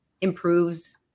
improves